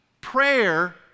prayer